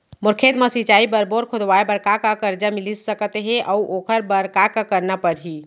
मोर खेत म सिंचाई बर बोर खोदवाये बर का का करजा मिलिस सकत हे अऊ ओखर बर का का करना परही?